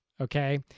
okay